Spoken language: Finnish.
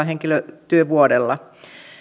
henkilötyövuodella